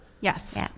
Yes